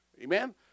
Amen